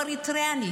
הוא אריתריאי.